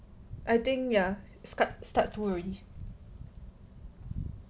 I think ya start start school already